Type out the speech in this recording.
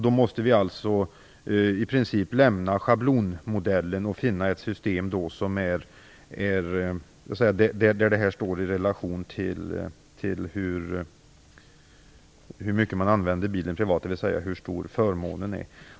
Då måste vi i princip lämna schablonmodellen och finna ett system där detta står i relation till hur mycket man använder bilen privat, dvs. hur stor förmånen är.